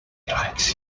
likes